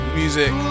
music